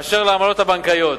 באשר לעמלות הבנקאיות.